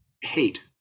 hate